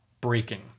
breaking